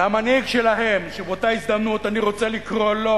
והמנהיג שלהם, שבאותה הזדמנות אני רוצה לקרוא לו,